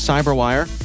CyberWire